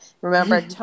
remember